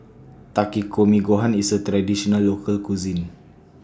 Takikomi Gohan IS A Traditional Local Cuisine